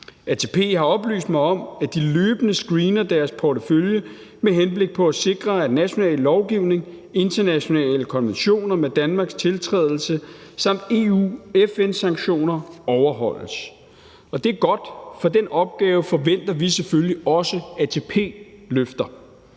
ATP har oplyst mig om, at de løbende screener deres portefølje med henblik på at sikre, at national lovgivning, internationale konventioner med Danmarks tiltrædelse samt EU- og FN-sanktioner overholdes, og det er godt, for den opgave forventer vi selvfølgelig også ATP løfter.